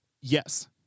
Yes